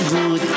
Good